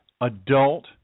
adult